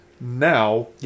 now